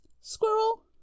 squirrel